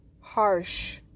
harsh